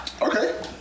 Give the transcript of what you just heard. Okay